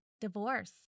divorce